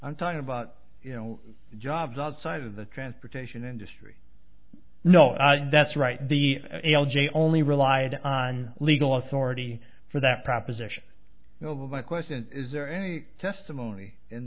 i'm talking about you know jobs outside of the transportation industry no that's right the a l j only relied on legal authority for that proposition you know but i question is there any testimony in